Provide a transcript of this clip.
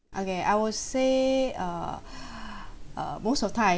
okay I will say err err most of time